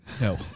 No